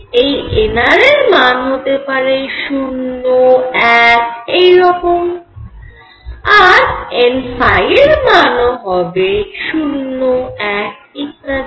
এই nr এর মান হতে পারে 0 1 এই রকম আর n এর মান ও হবে 0 1ইত্যাদি